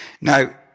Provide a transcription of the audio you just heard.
Now